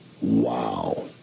Wow